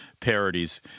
parodies